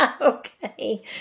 okay